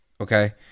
Okay